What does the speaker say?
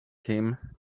him